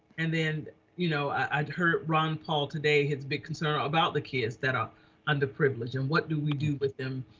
and and you know i'd heard ron paul today has been concerned about the kids that are underprivileged and what do we do with them?